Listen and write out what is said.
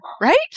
right